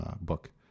book